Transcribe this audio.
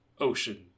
Ocean